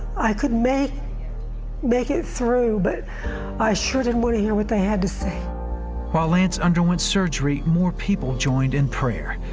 i could make make it through. but i sure didn't want to hear what they had to say. reporter while lance underwent surgery, more people joined in prayer.